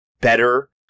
better